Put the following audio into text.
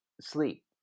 sleep